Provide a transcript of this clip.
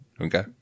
Okay